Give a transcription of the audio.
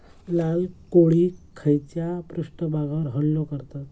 लाल कोळी खैच्या पृष्ठभागावर हल्लो करतत?